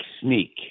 sneak